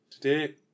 Today